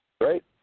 Right